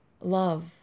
love